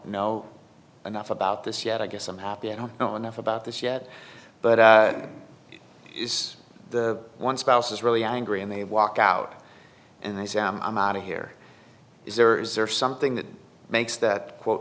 know enough about this yet i guess i'm happy i don't know enough about this yet but i yes the one spouse is really angry and they walk out and they say i'm out of here is there is or something that makes that quote